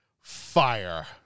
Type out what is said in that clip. fire